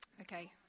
Okay